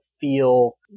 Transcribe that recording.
feel